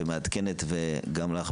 כפי שאמרו.